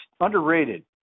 underrated